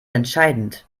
entscheidend